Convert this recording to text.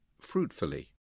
fruitfully